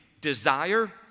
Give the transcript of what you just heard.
Desire